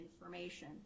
information